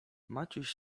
maciuś